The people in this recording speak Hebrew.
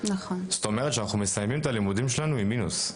זאת אומרת שאנחנו מסיימים את הלימודים שלנו עם מינוס.